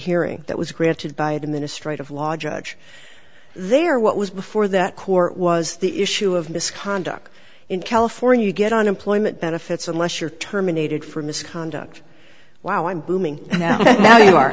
hearing that was granted by administrative law judge there what was before that court was the issue of misconduct in california you get unemployment benefits unless you're terminated for misconduct while i'm booming you are